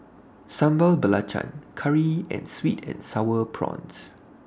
Sambal Belacan Curry and Sweet and Sour Prawns